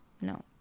no